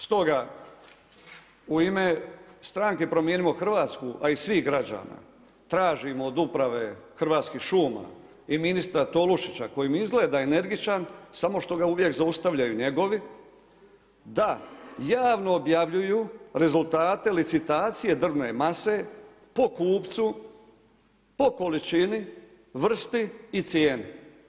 Stoga, u ime stranke Promijenimo Hrvatsku, a i svih građana, tražimo od uprave Hrvatskih šuma i ministra Tolušića koji mi izgleda energičan samo što ga uvijek zaustavljaju njegovi da javno objavljuju rezultate licitacije drvne mase po kupcu, po količini, vrsti i cijeni.